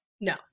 No